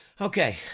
Okay